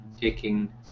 taking